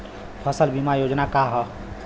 फसल बीमा योजना का ह?